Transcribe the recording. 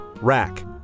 Rack